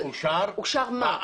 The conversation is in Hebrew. זה אושר בדירקטוריון של מפעל הפיס.